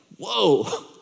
whoa